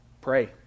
Pray